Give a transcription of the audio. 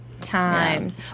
time